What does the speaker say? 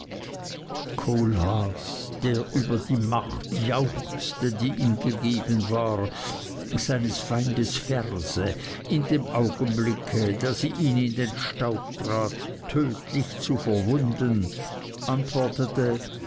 kohlhaas der über die macht jauchzte die ihm gegeben war seines feindes ferse in dem augenblick da sie ihn in den staub trat tödlich zu verwunden antwortete